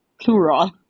Plural